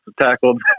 tackled